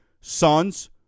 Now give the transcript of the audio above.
sons